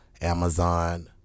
amazon